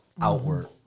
outward